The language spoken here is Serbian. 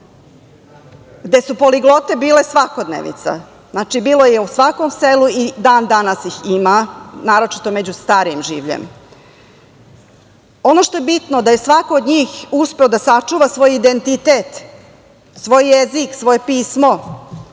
gde su poliglote bile svakodnevnica. Znači, bilo je u svakom selu i dan danas ih ima, naročito među starijim življem. Ono što je bitno je da je svako od njih uspeo da sačuva svoj identitet, svoj jezik, svoje pismo,